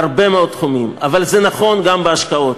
בהרבה מאוד תחומים, אבל זה נכון גם להשקעות.